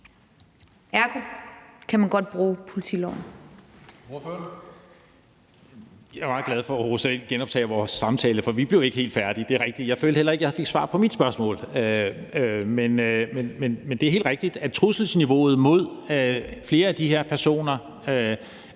Ergo kan man godt bruge politiloven.